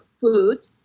food